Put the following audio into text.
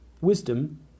Wisdom